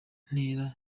ntera